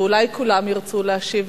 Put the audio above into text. ואולי כולם ירצו להשיב?